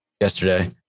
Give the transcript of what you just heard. yesterday